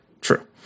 true